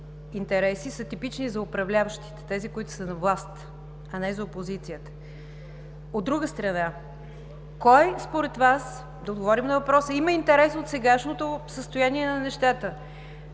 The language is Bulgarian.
интереси са типични за управляващите – тези, които са на власт, а не за опозицията. От друга страна, да отговорим на въпроса: кой според Вас има интерес от сегашното състояние на нещата